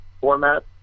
format